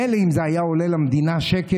מילא אם זה היה עולה למדינה שקל,